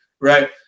Right